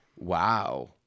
Wow